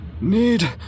need